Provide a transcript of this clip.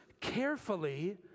carefully